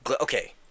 Okay